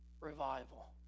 revival